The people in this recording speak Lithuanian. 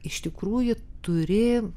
iš tikrųjų turi